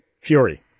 Fury